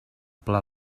pla